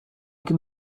can